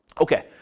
Okay